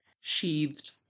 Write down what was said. Sheathed